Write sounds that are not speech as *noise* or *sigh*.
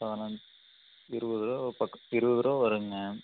*unintelligible* இருபது ரூபா ஒரு பக் இருபது ரூபா வருங்க